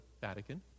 Vatican